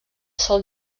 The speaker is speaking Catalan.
sol